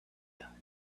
thought